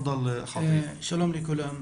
שלום לכולם,